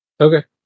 Okay